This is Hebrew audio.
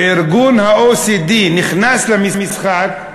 וה-OECD נכנס למשחק,